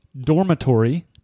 dormitory